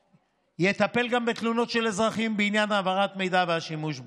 יטפל גם בתלונות של אזרחים בעניין העברת מידע והשימוש בו.